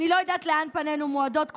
אני לא יודעת לאן פנינו מועדות.